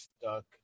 stuck